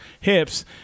hips